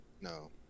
No